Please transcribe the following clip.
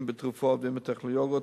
אם בתרופות ואם בטכנולוגיות,